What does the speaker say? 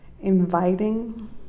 inviting